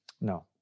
No